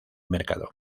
mercado